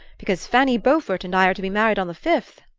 because fanny beaufort and i are to be married on the fifth.